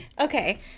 Okay